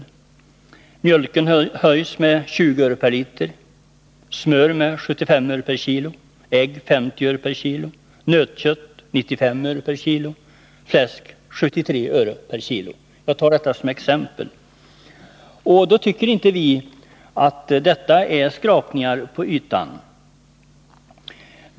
Priset på mjölk höjs med 20 öre per liter, på smör med 75 öre per kilo, på ägg med 50 öre per kilo, på nötkött med 95 öre per kilo och på fläsk med 73 öre per kilo. Vi tycker inte att detta är skrapningar på ytan.